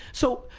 so,